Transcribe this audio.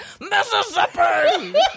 Mississippi